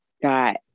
got